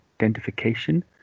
identification